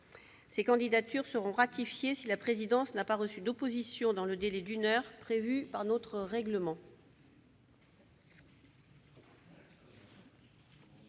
Ces candidatures seront ratifiées si la présidence n'a pas reçu d'opposition dans le délai d'une heure prévu par notre règlement.